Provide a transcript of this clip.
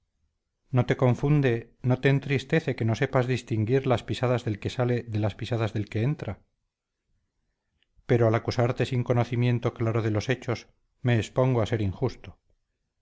no te confunde no te entristece que no sepas distinguir las pisadas del que sale de las pisadas del que entra pero al acusarte sin conocimiento claro de los hechos me expongo a ser injusto